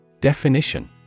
Definition